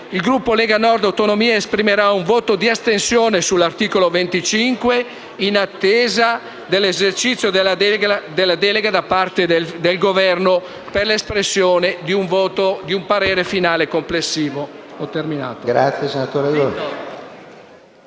il Gruppo Lega Nord-Autonomie esprimerà un voto di astensione sul’articolo 25 in attesa dell’esercizio della delega da parte del Governo per l’espressione di un parere finale complessivo.